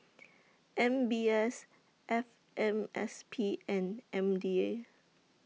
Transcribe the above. M B S F M S P and M D A